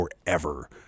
forever